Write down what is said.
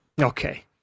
Okay